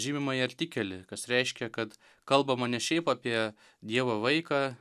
žymimąjį artikelį kas reiškia kad kalbama ne šiaip apie dievo vaiką